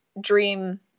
dream